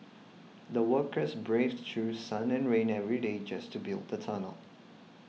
the workers braved through sun and rain every day just to build the tunnel